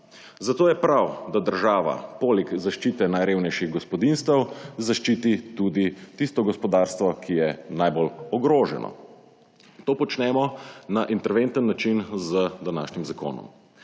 Zato je prav, da država poleg zaščite najrevnejših gospodinjstev zaščiti tudi tisto gospodarstvo, ki je najbolj ogroženo. To počnemo na interventen način z današnjim zakonom.